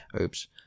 oops